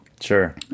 sure